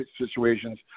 situations